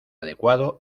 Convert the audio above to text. adecuado